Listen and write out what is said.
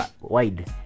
wide